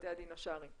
בתי הדין השרעיים?